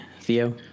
Theo